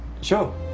Sure